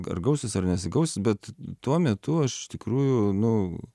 ar gausis ar nesigaus bet tuo metu aš iš tikrųjų nu